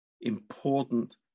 important